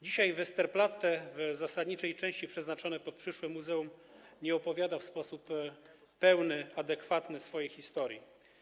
Dzisiaj Westerplatte - w zasadniczej części przeznaczonej pod przyszłe muzeum - nie opowiada w sposób pełny, adekwatny swojej historii.